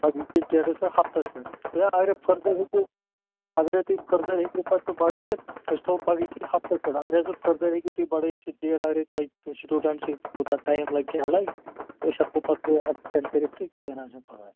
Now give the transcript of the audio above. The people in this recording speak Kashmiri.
اَدٕ أزۍکِس ڈیٹَس پیٚٹھ ہَفتَس پیٚٹھ یا اگرے فٔردَر ہیٚکِو اگرے تُہی فٔردَر ہیٚکِو پَتہٕ سُہ بَڈٲیِتھ أسۍ تھاوَو پَگہہٕ کِس ہَفتس پیٚٹھ اگرے سُہ فٔردَر ہیٚکِو تُہۍ بَڈٲیِتھ سُہ ڈیٹ اَگرے تۄہہِ سِٹوٗڈنٛٹ چھِ کوتاہ ٹایِم لَگہِ کیٛاہ لَگہِ تہٕ أسۍ ہیٚکو پَتہٕ سُہ ایٚکسٹَنٛڈ کٔرِتھ تہٕ کیٚنٛہہ نا حظ چھُ پَرواے